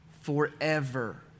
forever